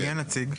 מי הנציג?